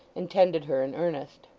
and tended her in earnest.